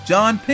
John